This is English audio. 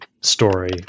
story